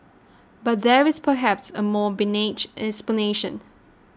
but there is perhaps a more benign explanation